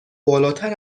بالاتر